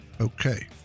Okay